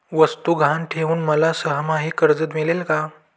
वस्तू गहाण ठेवून मला सहामाही कर्ज मिळेल का?